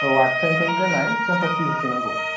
औ आसि थाइनै थाइनै जानाय पन्सास केजिसो नांगौ